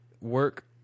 Work